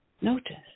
Notice